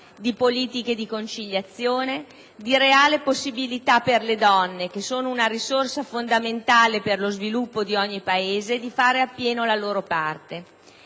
di politiche di conciliazione, di reale possibilità per le donne, che sono una risorsa fondamentale per lo sviluppo di ogni Paese, di fare pienamente la loro parte.